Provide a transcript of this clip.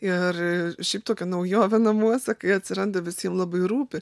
ir šiaip tokia naujovė namuose kai atsiranda visiem labai rūpi